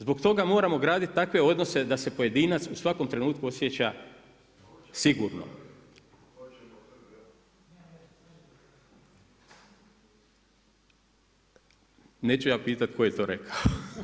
Zbog toga moramo graditi takve odnose da se pojedinac u svakom trenutku osjeća sigurno. … [[Upadica: Govornik nije uključen, ne čuje se.]] Neću ja pitati tko je to rekao.